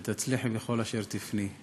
ותצליחי בכל אשר תפני.